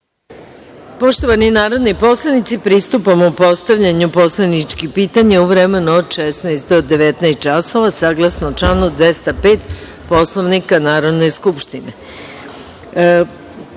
Poštovani narodni poslanici, pristupamo postavljanju poslaničkih pitanja u vremenu od 16.00 do 19.00 časova, saglasno članu 205. Poslovnika Narodne skupštine. Podsećam